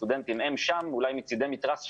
הסטודנטים והם שם אולי משני צדי מתרס שונים,